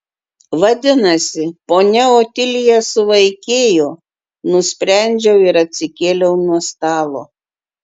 vadinasi ponia otilija suvaikėjo nusprendžiau ir atsikėliau nuo stalo